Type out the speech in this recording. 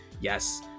Yes